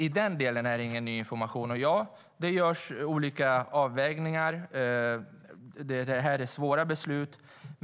I den delen är det ingen ny information. Det görs olika avvägningar. Det är svåra beslut.